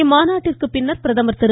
இம்மாநாட்டிற்கு பின்னா் பிரதமா் திரு